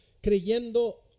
creyendo